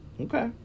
Okay